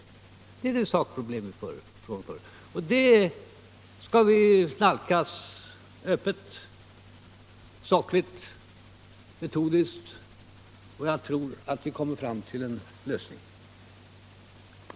Det är det sakproblem vi står inför, och det skall vi nalkas öppet, sakligt och metodiskt. Jag tror att vi kommer fram till en lösning.